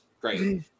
great